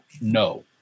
no